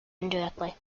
indirectly